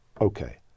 Okay